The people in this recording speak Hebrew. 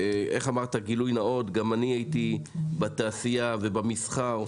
גילוי נאות: גם אני הייתי בתעשייה ובמסחר,